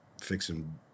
fixing